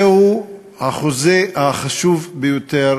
זהו החוזה החשוב ביותר